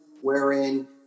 wherein